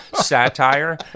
satire